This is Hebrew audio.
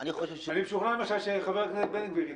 אני משוכנע למשל שחבר הכנסת בן גביר יתמוך.